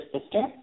sister